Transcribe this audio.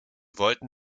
wollten